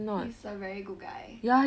he's a very good guy